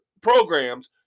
programs